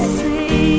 say